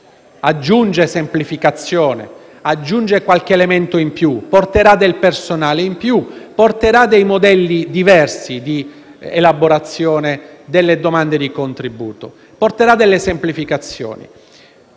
aggiunge semplificazione, portando qualche elemento in più; porterà personale in più, porterà modelli diversi di elaborazione delle domande di contributo e semplificazioni.